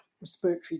respiratory